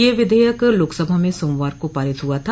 यह विधेयक लोक सभा में सोमवार को पारित हुआ था